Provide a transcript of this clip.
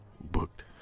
booked